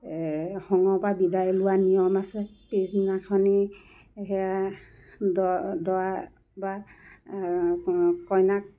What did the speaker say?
সংগৰ পৰা বিদাই লোৱাৰ নিয়ম আছে পিছদিনাখনি সেয়া দ দৰা বা কইনাক